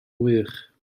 wych